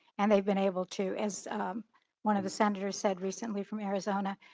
and they've been able to, as one of the senators said recently from arizona,